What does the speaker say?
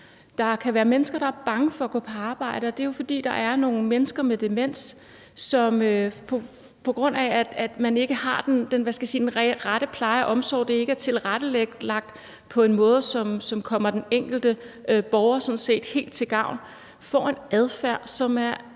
Der kan være mennesker, der er bange for at gå på arbejde, og det er jo, fordi der er nogle mennesker med demens, som, på grund af at der ikke er den rette pleje og omsorg – det er ikke tilrettelagt på en måde, som kommer den enkelte borger til gavn – får en adfærd, som er